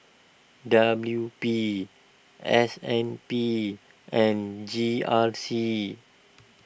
W P S N B and G R C